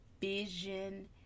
vision